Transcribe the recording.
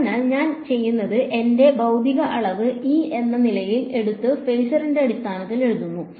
അതിനാൽ ഞാൻ ചെയ്യുന്നത് ഞാൻ എന്റെ ഭൌതിക അളവ് ഇ എന്ന നിലയിൽ എടുത്ത് ഫേസറിന്റെ അടിസ്ഥാനത്തിൽ എഴുതുകയാണ്